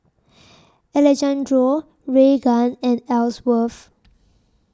Alejandro Raegan and Elsworth